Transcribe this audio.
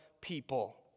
people